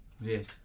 Yes